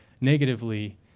negatively